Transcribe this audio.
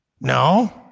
No